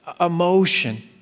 emotion